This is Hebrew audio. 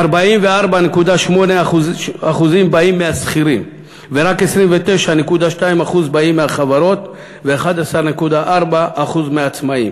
כש-44.8% באים מהשכירים ורק 29.2% באים מהחברות ו-11.4% באים מהעצמאים.